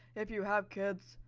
if you have kids,